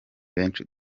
benshi